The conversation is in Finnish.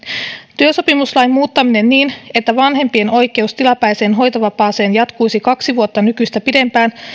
työsopimuslain muuttaminen niin että vanhempien oikeus tilapäiseen hoitovapaaseen jatkuisi kaksi vuotta nykyistä pidempään